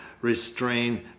restrain